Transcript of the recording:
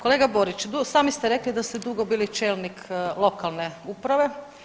Kolega Boriću, sami ste rekli da ste dugo bili čelnik lokalne uprave.